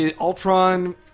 Ultron